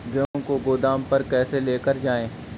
गेहूँ को गोदाम पर कैसे लेकर जाएँ?